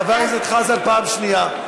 חבר הכנסת חזן, פעם שנייה.